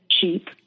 cheap